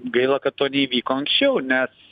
gaila kad to neįvyko anksčiau nes